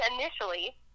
initially